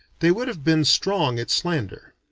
they would have been strong at slander.